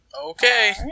Okay